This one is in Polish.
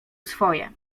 swoje